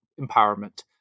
empowerment